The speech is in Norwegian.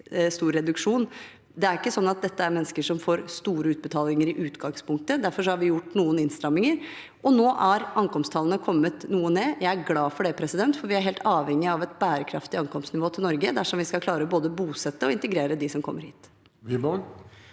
Det er ikke sånn at dette er mennesker som får store utbetalinger i utgangspunktet. Derfor har vi gjort noen innstramminger. Nå har ankomsttallene gått noe ned. Jeg er glad for det, for vi er helt avhengig av et bærekraftig ankomstnivå til Norge dersom vi skal klare å både bosette og integrere dem som kommer hit.